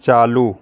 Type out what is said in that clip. चालू